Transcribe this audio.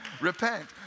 repent